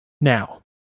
Now